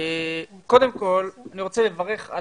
קודם כל אני רוצה לברך על